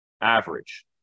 Average